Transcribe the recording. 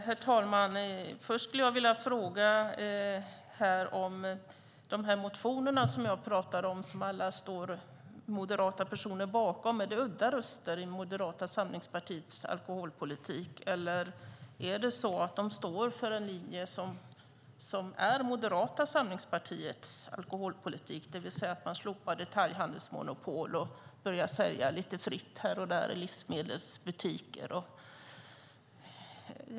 Herr talman! Jag skulle vilja fråga om de motioner som jag talade om. Det är moderata personer som står bakom alla dessa. Är de udda röster i Moderata samlingspartiets alkoholpolitik, eller står de för en linje som är partiets alkoholpolitik där man slopar detaljhandelsmonopol och börjar sälja lite fritt här och där i livsmedelsbutiker?